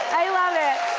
i love it.